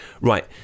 Right